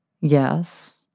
Yes